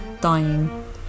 dying